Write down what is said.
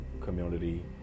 community